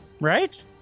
Right